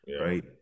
Right